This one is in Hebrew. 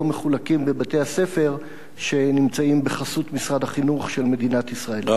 מחולקים בבתי-הספר שנמצאים בחסות משרד החינוך של מדינת ישראל?